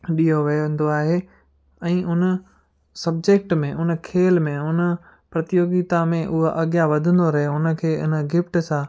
ॾियो वेंदो आहे ऐं हुन सब्जेक्ट में हुन खेल में हुन प्रतियोगिता में उहा अॻियां वधंदो रहे हुनखे हिन गिफ़्ट सां